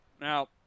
Now